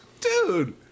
Dude